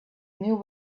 new